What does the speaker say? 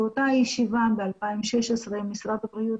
באותה ישיבה ב-2016 משרד הבריאות